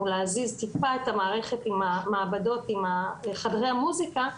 להזיז טיפה את המערכת עם המעבדות עם חדרי המוזיקה,